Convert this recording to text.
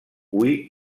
hui